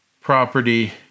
property